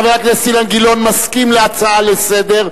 חבר הכנסת אילן גילאון מסכים להצעה לסדר-היום.